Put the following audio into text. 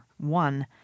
one